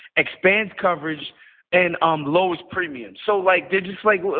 expands coverage and on lowest premiums. so like they just like,